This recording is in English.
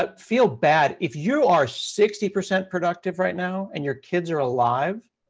but feel bad. if you are sixty percent productive right now and your kids are alive,